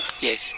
Yes